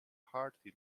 hearty